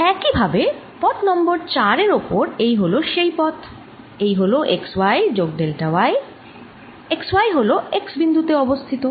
একইভাবে পথ নং 4 এর ওপর এই হলো সেই পথ এই হলো x y যোগ ডেল্টা y x y হলো x বিন্দুতে অবস্থিত